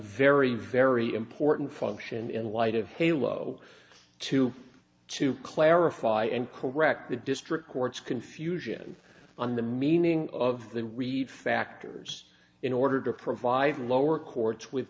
very very important function in light of halo two to clarify and correct the district court's confusion on the meaning of the read factors in order to provide lower courts with